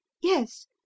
Yes